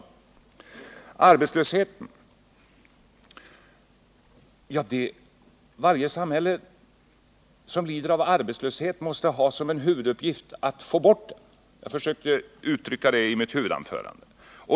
Om arbetslösheten: Varje samhälle som lider av arbetslöshet måste ha som en huvuduppgift att försöka få bort den. Jag försökte uttrycka detta i mitt huvudanförande.